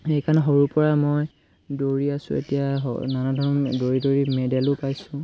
সেইকাৰণে সৰুৰপৰা মই দৌৰি আছোঁ এতিয়া নানা ধৰণৰ দৌৰি দৌৰি মেডেলো পাইছোঁ